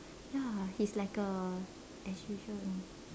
ya he's like a as usual only